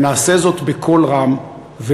ונעשה זאת בקול רם,